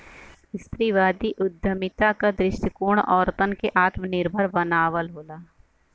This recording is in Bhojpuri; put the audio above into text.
स्त्रीवादी उद्यमिता क दृष्टिकोण औरतन के आत्मनिर्भर बनावल होला